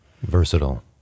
Versatile